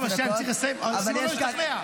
אני צריך לסיים, סימון לא השתכנע.